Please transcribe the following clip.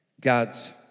God's